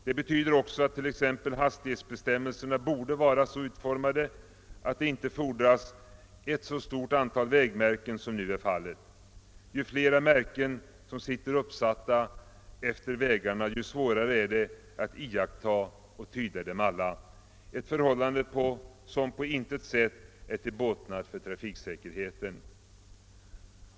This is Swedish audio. Det betyder också att t.ex. hastighetsbestämmelserna borde vara så utformade att det inte fordras ett så stort antal vägmärken som nu är fallet. Ju fler märken som sitter uppsatta efter vägarna, desto svårare är det att iaktta och tyda dem alla, ett förhållande som på intet sätt är till båtnad för trafiksäkerheten.